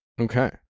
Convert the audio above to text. okay